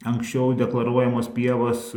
anksčiau deklaruojamos pievos